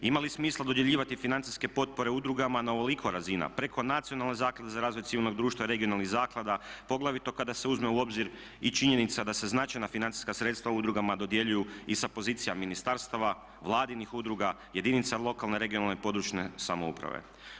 Ima li smisla dodjeljivati financijske potpore udrugama na ovoliko razina preko Nacionalne zaklade za razvoj civilnog društva, regionalnih zaklada, poglavito kada se uzme u obzir i činjenica da se značajna financijska sredstva udrugama dodjeljuju i sa pozicija ministarstava, vladinih udruga, jedinica lokalne, regionalne (područne) samouprave.